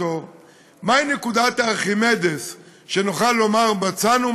מהי נקודת ארכימדס שנוכל לומר "מצאנו,